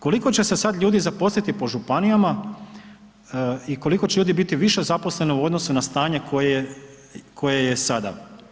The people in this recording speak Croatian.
Koliko će se sad ljudi zaposliti po županijama i koliko će ljudi biti više zaposleno u odnosu na stanje koje je sada?